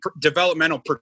developmental